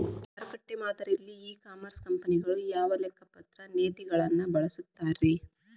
ಮಾರುಕಟ್ಟೆ ಮಾದರಿಯಲ್ಲಿ e commerce ಕಂಪನಿಗಳು ಯಾವ ಲೆಕ್ಕಪತ್ರ ನೇತಿಗಳನ್ನ ಬಳಸುತ್ತಾರಿ?